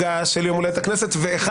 חג ט"ו בשבט שמח, ראש